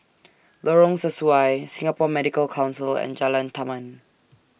Lorong Sesuai Singapore Medical Council and Jalan Taman